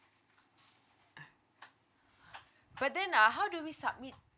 ah but then uh how do we submit